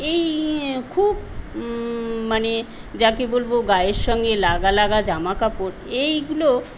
এই খুব মানে যাকে বলব গায়ের সঙ্গে লাগা লাগা জামাকাপড় এইগুলো